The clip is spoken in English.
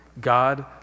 god